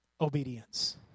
obedience